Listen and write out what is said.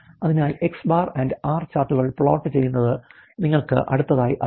അതിനാൽ X̄ and R ചാർട്ടുകൾ plot ചെയ്യുന്നത് നിങ്ങൾക്ക് അടുത്തതായി അറിയാം